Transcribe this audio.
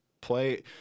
play